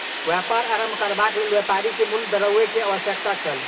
व्यापार आरम्भ करबाक लेल व्यापारी के मूल द्रव्य के आवश्यकता छल